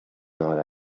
not